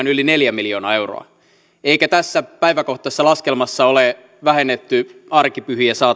yli neljä miljoonaa euroa eikä tässä päiväkohtaisessa laskelmassa ole vähennetty arkipyhiä